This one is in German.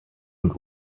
und